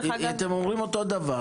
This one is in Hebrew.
אתם אומרים אותו דבר